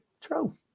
True